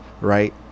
right